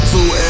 Two